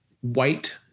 white